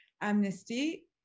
Amnesty